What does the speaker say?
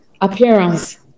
appearance